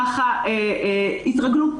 כך יתרגלו,